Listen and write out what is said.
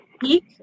peak